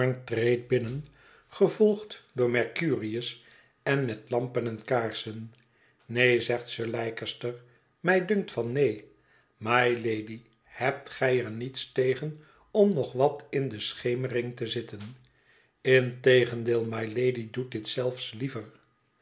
treedt binnen gevolgd door mercurius en met lampen en kaarsen neen zegt sir leicester mij dunkt van neen mylady hebt gij er niets tegen om nog wat in de schemering te zitten integendeel mylady doet dit zelfs liever